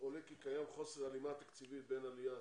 עולה כי קיים חוסר הלימה תקציבית בין העלייה